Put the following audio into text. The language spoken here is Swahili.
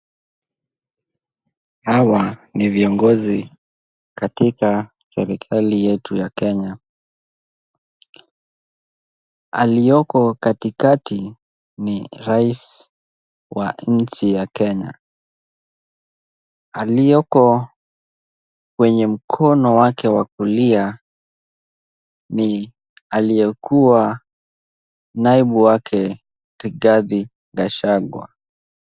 Hawa ni viongozi katika serikali yetu ya Kenya. Aliyoko katikati ni rais wa nchi ya Kenya. Aliyoko kwenye mkono wake wa kulia ni aliyekuwa naibu wake Rigathi Gachagua.